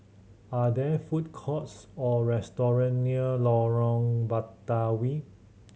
are there food courts or restaurant near Lorong Batawi